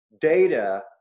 data